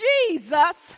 Jesus